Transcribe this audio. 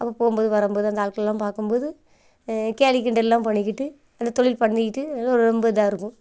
அப்போ போகும் போது வரும் போது அந்த ஆட்கள்லாம் பார்க்கும்போது கேலி கிண்டல்லாம் பண்ணிக்கிட்டு அந்த தொழில்லா பண்ணிக்கிட்டு ரொம்ப இதாக இருக்கும்